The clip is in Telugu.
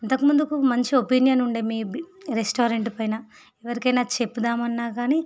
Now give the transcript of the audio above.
అంతకు ముందుకు మంచి ఒపీనియన్ ఉండే మీ రెస్టారెంట్ పైన ఎవరికైనా చెపుదామన్నా కానీ